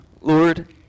Lord